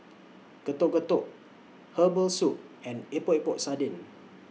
Getuk Getuk Herbal Soup and Epok Epok Sardin